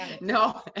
No